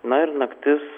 na ir naktis